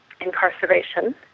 incarceration